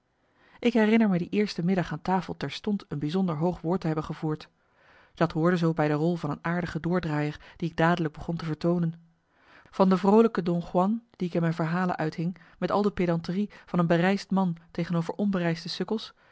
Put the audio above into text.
ik herinner me die eerste middag aan tafel terstond een bijzonder hoog woord te hebben gevoerd dat hoorde zoo bij de rol van aardige doordraaier die ik dadelijk begon te vertoonen van de vroolijke don juan die ik in mijn verhalen uithing met al de pedanterie van een bereisd man tegenover onbereisde sukkels